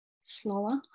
slower